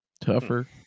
tougher